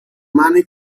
mani